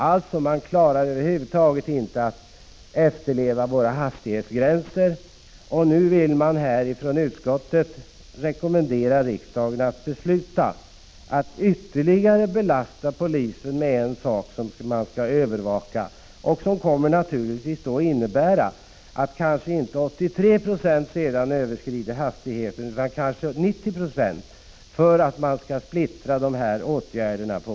Alltså: Man klarar inte att kontrollera efterlevnaden av hastighetsbegränsningarna, och nu vill utskottet rekommendera att riksdagen beslutar att ytterligare belasta polisen med något som skall övervakas. Det blir kanske inte 83 2 utan 90 26 som överskrider hastighetsgränsen sedan polisens övervakningsresurser på detta sätt har splittrats.